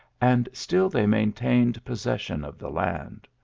and still they maintained possession of the land.